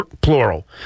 plural